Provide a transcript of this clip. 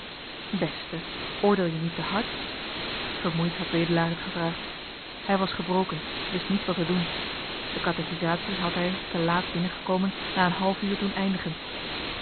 beste oordeel je niet te hard vermoeid had wedelaar het gevraagd hij was gebroken wist niet wat te doen de katechisatie had hij te laat binnengekomen na een half uur doen eindigen